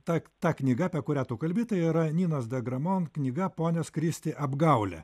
ta ta knyga apie kurią tu kalbi tai yra ninos degramont knyga ponios kristi apgaulė